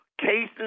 cases